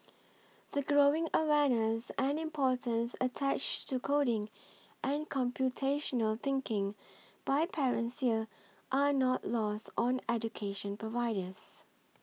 the growing awareness and importance attached to coding and computational thinking by parents here are not lost on education providers